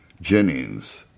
Jennings